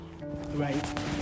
right